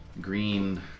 green